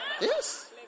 Yes